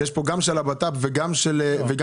יש פה גם של המשרד לביטחון פנים וגם של הרשות?